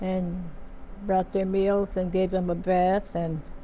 and brought their meals, and gave them a bath, and